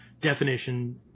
definition